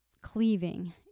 cleaving